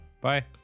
Bye